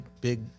big